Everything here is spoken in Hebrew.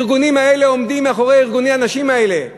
הארגונים האלה עומדים מאחורי ארגוני הנשים האלה,